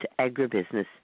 agribusiness